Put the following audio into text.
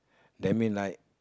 that mean like